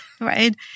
right